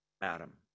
Adam